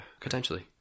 potentially